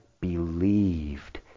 believed